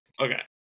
Okay